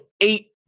eight